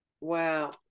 Wow